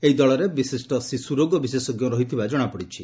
ଏହି ଦଳରେ ବିଶିଷ୍ଟ ଶିଶ୍ର ରୋଗ ବିଶେଷଜ୍ଞ ରହିଥିବା ଜଣାପଡ଼ିଛି